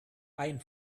ein